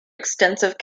extensive